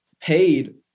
paid